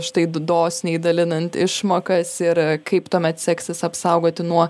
štai d dosniai dalinant išmokas ir kaip tuomet seksis apsaugoti nuo